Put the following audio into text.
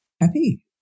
happy